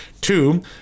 Two